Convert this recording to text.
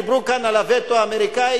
דיברו כאן על הווטו האמריקני.